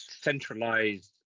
centralized